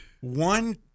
one